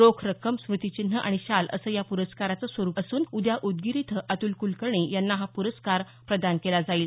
रोख रक्कम स्मृतिचिन्ह आणि शाल असं या प्रस्काराचं स्वरूप असून उद्या उदगीर इथं अतुल कुलकर्णी यांना हा पुरस्कार प्रदान केला जाईल